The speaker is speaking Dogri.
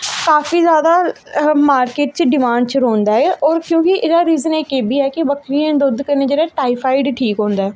काफी जादा मार्किट च डिमांड च रौंह्दा ऐ होर क्योंकि एह्दा रीज़न एह् बी ऐ कि बक्करियें दे दुद्ध कन्नै जेह्ड़ा टाईफाइड ठीक होंदा ऐ